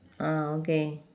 ah okay